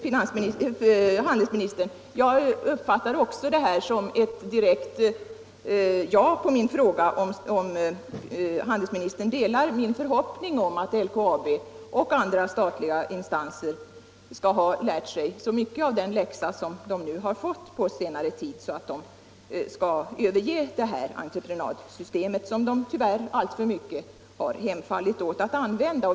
Herr talman! Jag uppfattar handelsministerns svar som ett direkt ja på min fråga, om handelsministern delar min förhoppning att LKAB och andra statliga företag skall ha lärt sig så mycket av den läxa de fått på senare tid att de skall överge entreprenadsystemet, som de tyvärr alltför mycket har hemfallit åt att använda.